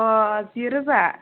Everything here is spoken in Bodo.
अ जिरोजा